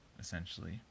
essentially